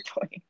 point